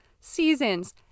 seasons